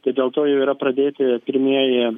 tai dėl to jau yra pradėti pirmieji